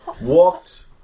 walked